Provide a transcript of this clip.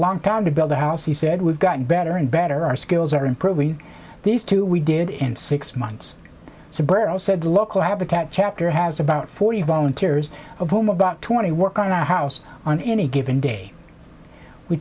long time to build a house he said we've gotten better and better our skills are improving these two we did in six months so brown said the local habitat chapter has about forty volunteers of whom about twenty work on a house on any given day we